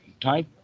type